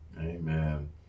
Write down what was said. Amen